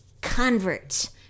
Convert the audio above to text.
converts